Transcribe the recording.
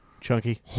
Chunky